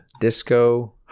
Disco